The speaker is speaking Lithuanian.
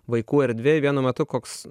vaikų erdvėj vienu metu koks